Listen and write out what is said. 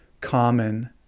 common